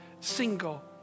single